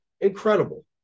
incredible